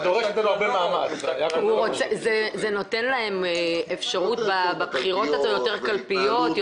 --- זה נותן להם אפשרות בבחירות עצמן יותר קלפיות,